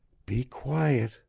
be quiet.